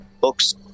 books